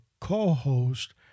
co-host